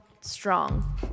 strong